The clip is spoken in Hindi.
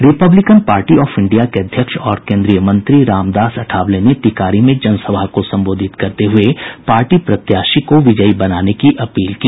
रिपब्लिकन पार्टी ऑफ इंडिया के अध्यक्ष और केन्द्रीय मंत्री रामदास अठावले ने टिकारी में जनसभा को संबोधित करते हुए पार्टी प्रत्याशी को विजयी बनाने की अपील की